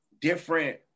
different